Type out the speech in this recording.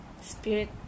spirit